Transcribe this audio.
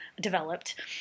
developed